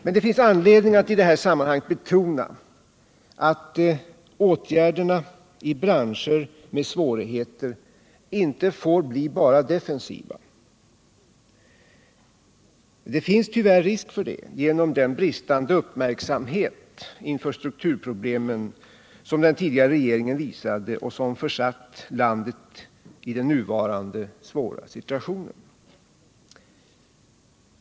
Men det finns anledning att i det här sammanhanget betona att åtgärderna i branscher med svårigheter inte får bli bara defensiva. Tyvärr finns det risk för det på grund av den bristande uppmärksamhet inför strukturproblemen som den tidigare regeringen visade och som försatt landet i den nuvarande svåra situationen.